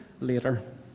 later